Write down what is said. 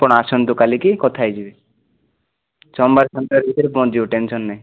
ଆପଣ ଆସନ୍ତୁ କାଲିକି କଥା ହେଇଯିବେ ସୋମବାର ସନ୍ଧ୍ୟାରେ ପହଞ୍ଚିଯିବ ଟେନସନ୍ ନାହିଁ